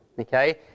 okay